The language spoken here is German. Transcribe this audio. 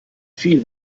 viel